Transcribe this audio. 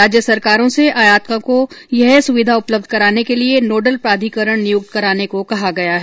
राज्य सरकारों से आयातकों को यह सुविधा उपलब्ध कराने के लिए नोडल प्राधिकरण नियुक्त कराने को कहा गया है